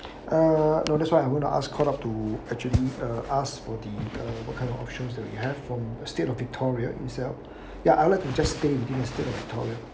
uh no that's why I'm want to ask called up to actually uh ask for the uh what kind of options that we have from the state of victoria itself ya I like to just stay in this in state of victoria